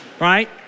Right